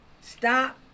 Stop